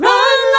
Run